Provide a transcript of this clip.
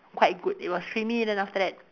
quite good it was creamy then after that